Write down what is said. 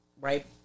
right